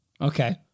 Okay